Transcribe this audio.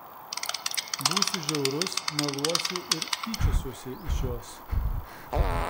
būsiu žiaurus meluosiu ir tyčiosiuosi iš jos